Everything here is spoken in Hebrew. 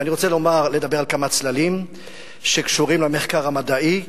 ואני רוצה לדבר על כמה צללים שקשורים למחקר המדעי,